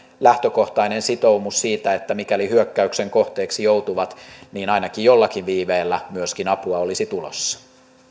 lähtökohtainen sitoumus siitä että mikäli he hyökkäyksen kohteeksi joutuvat niin ainakin jollakin viiveellä myöskin apua olisi tulossa